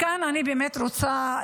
כאן אני באמת רוצה,